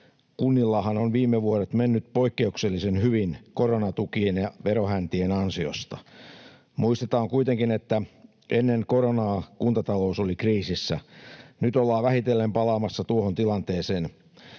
Kunnillahan on viime vuodet mennyt poikkeuksellisen hyvin koronatukien ja verohäntien ansiosta. Muistetaan kuitenkin, että ennen koronaa kuntatalous oli kriisissä. Nyt ollaan vähitellen palaamassa tuohon tilanteeseen.